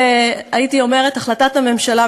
הייתי אומרת,